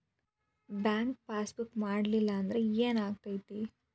Bank passbook ಮಾಡಲಿಲ್ಲ ಅಂದ್ರೆ ಏನ್ ಆಗ್ತೈತಿ?